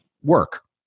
work